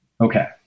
Okay